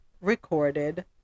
recorded